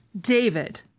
David